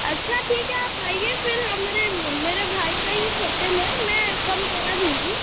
अच्छा ठीक है आप आइए फिर हमारे मेरे भाई का ही होटल है मैं कम करा दूँगी